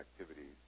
activities